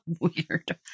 Weird